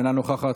אינה נוכחת,